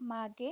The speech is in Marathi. मागे